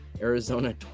Arizona